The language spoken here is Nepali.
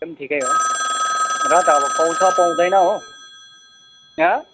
त्यो पनि ठिकै हो र त अब पाउँछ पाउँदैन हो हँ